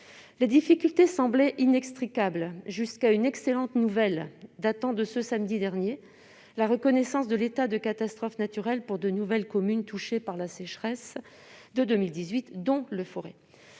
Les difficultés semblaient inextricables jusqu'à une excellente nouvelle, datant de samedi dernier : la reconnaissance de l'état de catastrophe naturelle pour des communes supplémentaires touchées par la sécheresse de 2018, dont Leforest.